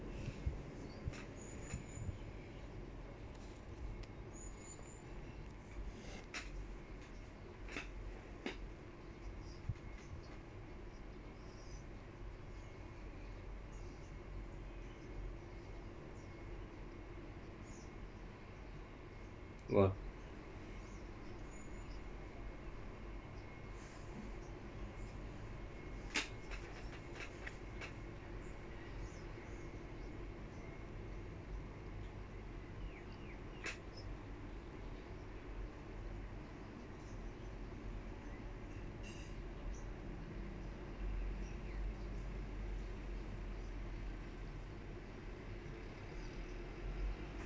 !wah!